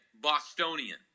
Bostonian